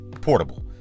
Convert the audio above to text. portable